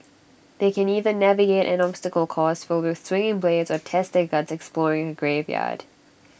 they can either navigate an obstacle course filled with swinging blades or test their guts exploring A graveyard